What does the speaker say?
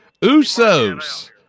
Usos